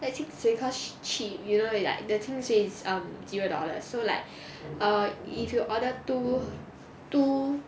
the 清水 cause cheap you know like the 清水 is um zero dollars so like err if you order two two